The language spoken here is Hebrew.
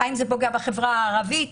אולי החברה הערבית,